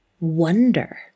wonder